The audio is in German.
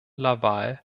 laval